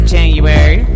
January